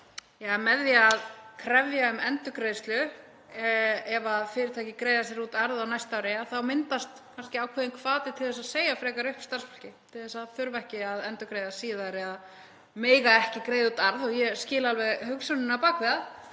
að með því að krefjast endurgreiðslu ef fyrirtækin greiða sér út arð á næsta ári myndast kannski ákveðinn hvati til að segja frekar upp starfsfólki, til að þurfa ekki að endurgreiða síðar eða mega ekki greiða út arð. Ég skil alveg hugsunina á bak við það